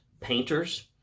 painters